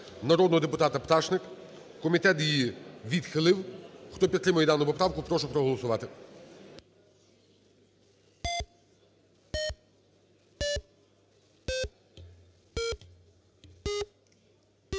народного депутата Пташник. Комітет її відхилив. Хто підтримує дану поправку, прошу проголосувати.